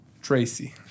Tracy